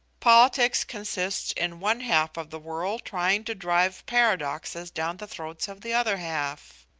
politics consist in one half of the world trying to drive paradoxes down the throats of the other half.